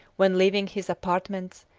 when leaving his apartments,